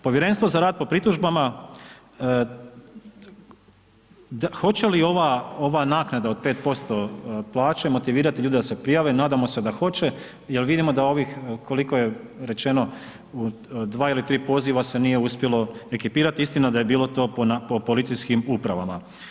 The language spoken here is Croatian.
Povjerenstvo za rad po pritužbama, hoće li ova naknada od 5% plaće motivirati ljude da se prijave, nadamo se da hoće jer vidimo da ovih, koliko je rečeno, 2 ili 3 poziva se nije uspjelo ekipirati, istina da je bilo to po policijskim upravama.